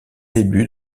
débuts